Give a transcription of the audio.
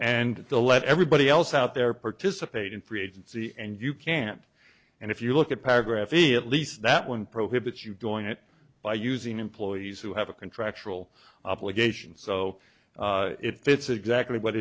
and let everybody else out there participate in free agency and you can't and if you look at paragraph e at least that one prohibits you doing it by using employees who have a contractual obligation so it fits exactly what